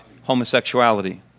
homosexuality